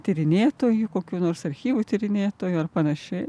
tyrinėtojų kokių nors archyvų tyrinėtojų ar panašiai